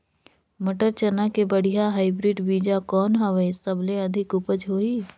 मटर, चना के बढ़िया हाईब्रिड बीजा कौन हवय? सबले अधिक उपज होही?